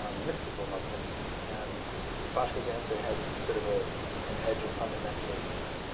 ah mystical muslims, and boshko's answer had sort of ah an edge of fundamentalism in it,